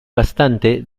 bastante